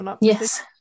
Yes